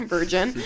Virgin